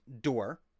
door